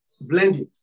blending